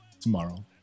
tomorrow